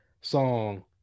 song